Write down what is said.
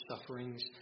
sufferings